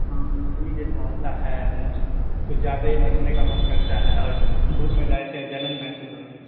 ہاں نوچنی جیسا ہوتا ہے نوچ کچھ زیادہ ہی نوچنے کا من کرتا ہے اور دھوپ میں جاتے ہیں جلن محسوس ہوتا ہے